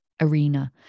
arena